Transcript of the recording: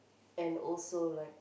and also like